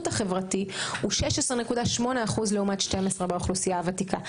החברתית הוא 16.8 אחוז לעומת 12 באוכלוסיה הוותיקה.